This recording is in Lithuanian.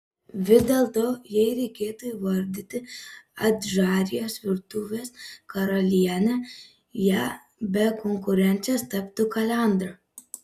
vis dėlto jei reikėtų įvardyti adžarijos virtuvės karalienę ja be konkurencijos taptų kalendra